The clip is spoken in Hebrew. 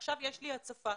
עכשיו יש לי הצפה,